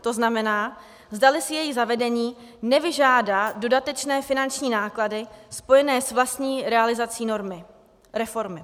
To znamená, zdali si její zavedení nevyžádá dodatečné finanční náklady spojené s vlastní realizací reformy.